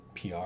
pr